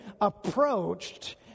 approached